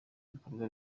ibikorwa